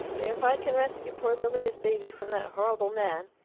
if i can rescue poor lilia's baby from that horrible man,